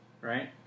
Right